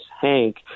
Hank